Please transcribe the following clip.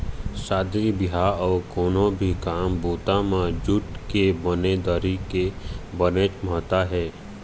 शादी बिहाव अउ कोनो भी काम बूता म जूट के बने दरी के बनेच महत्ता हे